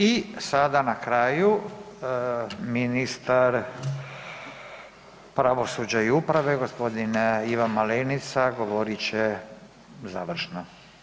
I sada na kraju ministar pravosuđa i uprave gospodin Ivan Malenica govorit će završno.